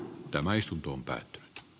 aika kohtuutonta